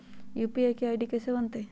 UPI के ID कैसे बनतई?